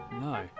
No